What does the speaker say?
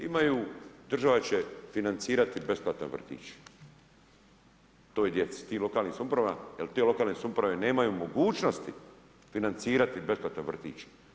Imaju, država će financirati besplatan vrtić, toj djeci, tim lokalnim samoupravama jer te lokalne samouprave nemaju mogućnosti financirati besplatan vrtić.